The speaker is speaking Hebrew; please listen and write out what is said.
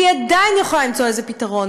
ועדיין יכולה למצוא לזה פתרון.